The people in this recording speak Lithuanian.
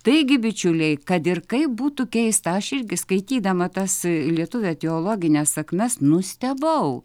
taigi bičiuliai kad ir kaip būtų keista aš irgi skaitydama tas lietuvių etiologines sakmes nustebau